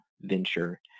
venture